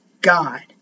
God